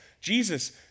Jesus